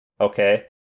okay